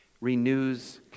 Renews